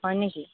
হয় নেকি